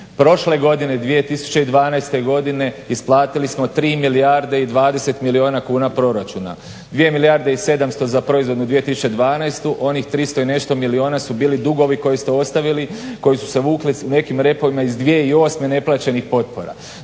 Prošle godine 2012. godine isplatili smo 3 milijarde i 20 milijuna kuna proračuna, 2 milijarde i 700 za proizvodnu 2012., onih 300 i nešto milijuna su bili dugovi koje ste ostavili koji su se vukli nekim repovima iz 2008. neplaćenih potpora.